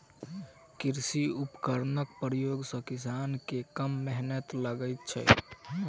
कृषि उपकरणक प्रयोग सॅ किसान के कम मेहनैत लगैत छै